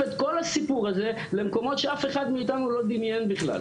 את כל הסיפור הזה למקומות שא אחד מאיתנו לא דמיין בכלל.